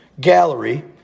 gallery